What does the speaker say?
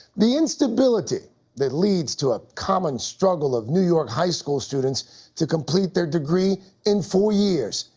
the instability that leads to a common struggle of new york high school students to complete their degree in four years.